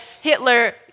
Hitler